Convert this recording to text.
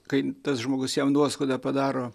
kai tas žmogus jam nuoskaudą padaro